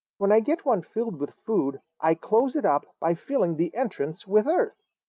when i get one filled with food i close it up by filling the entrance with earth.